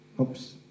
Oops